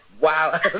wow